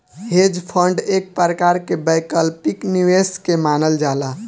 hedge fund एक प्रकार के वैकल्पिक निवेश के मानल जाला